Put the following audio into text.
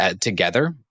together